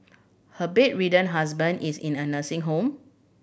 her bedridden husband is in a nursing home